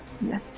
Yes